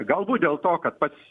galbūt dėl to kad pats